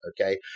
Okay